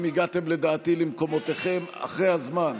לדעתי אתם הגעתם למקומותיכם אחרי הזמן.